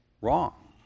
Wrong